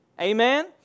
amen